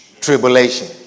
tribulation